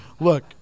look